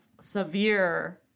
severe